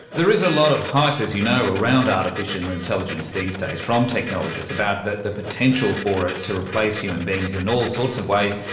there is a lot of hype, as you know, around artificial intelligence these days from technologists about the the potential for it to replace human beings in all sorts of ways,